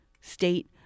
state